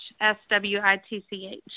S-W-I-T-C-H